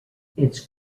its